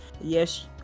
yes